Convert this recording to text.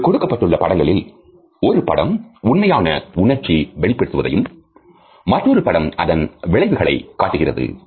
இங்கு கொடுக்கப்பட்ட படங்களில் ஒரு படம் உண்மையான உணர்ச்சி வெளிப்படுத்துவதையும் மற்றொரு படம் அதன் விளைவையும் காட்டுகிறது